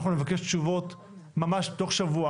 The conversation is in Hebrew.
אנחנו נבקש תשובות ממש תוך שבוע.